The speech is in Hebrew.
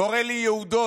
קורא לי יהודון.